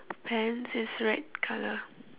pants is red colour